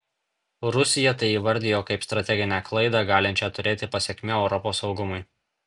rusija tai įvardijo kaip strateginę klaidą galinčią turėti pasekmių europos saugumui